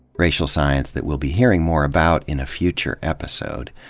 racial science that we'll be hearing more about in a future episode.